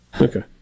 Okay